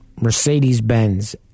Mercedes-Benz